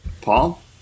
Paul